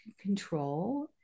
control